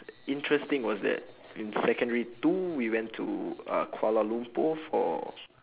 interesting was that in secondary two we went to uh kuala-lumpur for